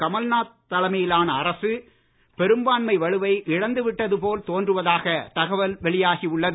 கமல்நாத் தலைமையிலான அரசு பெரும்பான்மை வலுவை இழந்து விட்டது போல் தோன்றுவதாக தகவல் வெளியாகி உள்ளது